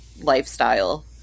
lifestyle